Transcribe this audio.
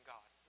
God